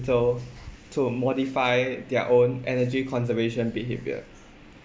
little to modify their own energy conservation behaviour